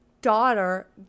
daughter